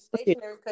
stationary